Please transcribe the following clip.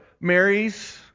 marries